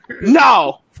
no